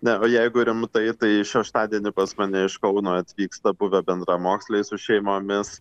ne o jeigu rimtai tai šeštadienį pas mane iš kauno atvyksta buvę bendramoksliai su šeimomis